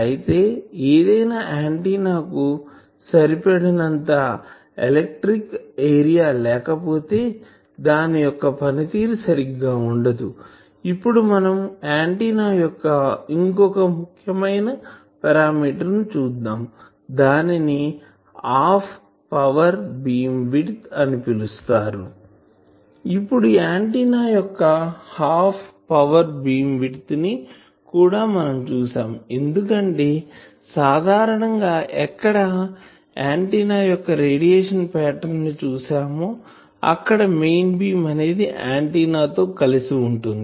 అయితే ఏదైనా ఆంటిన్నా కు సరిపడినంత ఎలక్ట్రికల్ ఏరియా లేకపోతే దాని యొక్క పనితీరు సరిగ్గా ఉండదు ఇప్పుడు మనం ఆంటిన్నా యొక్క ఇంకో ముఖ్యమైన పారామీటర్ ని చూద్దాం దానిని హాఫ్ పవర్ బీమ్ విడ్త్ అని పిలుస్తారు ఇప్పుడు ఆంటిన్నా యొక్క హాఫ్ పవర్ బీమ్ విడ్త్ ని కూడా మనం చూసాంఎందుకంటే సాధారణంగా ఎక్కడ ఆంటిన్నా యొక్క రేడియేషన్ పాటర్న్ ని చూసాము అక్కడ మెయిన్ బీమ్ అనేది ఆంటిన్నా తో కలిసి ఉంటుంది